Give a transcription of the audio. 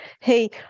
hey